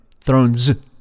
Thrones